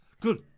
Good